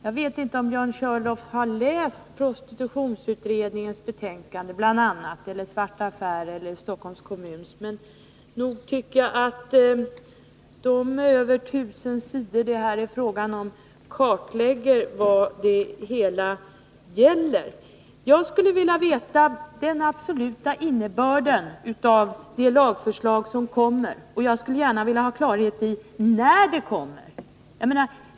Jag vet inte om Björn Körlof har läst prostitutionsutredningens betänkande och Stockholms kommuns utredning Svarta affärer, men nog tycker jag att dessa över tusen sidor kartlägger vad det är fråga om. Nu skulle jag vilja veta den absoluta innebörden av det lagförslag som kommer, och jag skulle gärna ha klarhet i när det kommer.